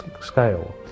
scale